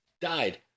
died